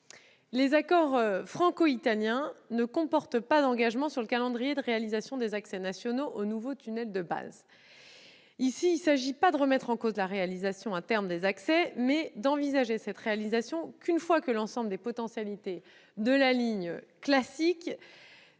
Les accords franco-italiens ne comportent pas d'engagement sur le calendrier de réalisation des axes nationaux raccordés au nouveau tunnel de base. Il ne s'agit pas de remettre en cause la réalisation interne des accès, mais d'envisager cette dernière seulement lorsque toutes les potentialités de la ligne classique